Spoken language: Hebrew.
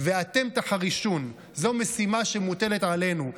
"ואתם תַּחֲרִשוּן" זו משימה שמוטלת עלינו.